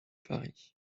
paris